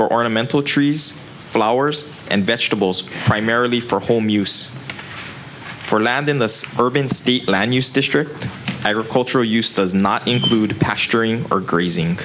ornamental trees flowers and vegetables primarily for home use for land in the urban state land use district agricultural use does not include or grazing